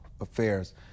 affairs